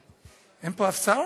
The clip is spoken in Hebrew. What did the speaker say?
אין פה אף שר?